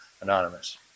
Anonymous